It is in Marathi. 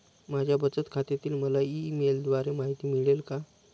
माझ्या बचत खात्याची मला ई मेलद्वारे माहिती मिळेल का?